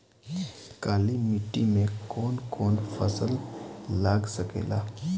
काली मिट्टी मे कौन कौन फसल लाग सकेला?